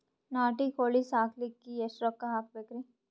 ನಾಟಿ ಕೋಳೀ ಸಾಕಲಿಕ್ಕಿ ಎಷ್ಟ ರೊಕ್ಕ ಹಾಕಬೇಕ್ರಿ?